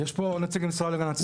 יש פה נציג של המשרד להגנת הסביבה,